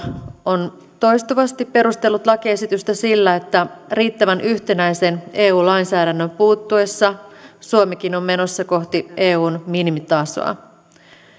on toistuvasti perustellut lakiesitystä sillä että riittävän yhtenäisen eu lainsäädännön puuttuessa suomikin on menossa kohti eun minimitasoa